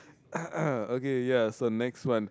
okay yes so next one